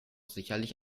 sicherlich